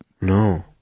No